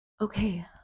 Okay